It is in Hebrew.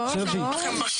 לא,